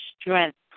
strength